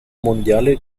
mondiale